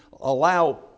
allow